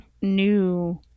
new